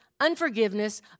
unforgiveness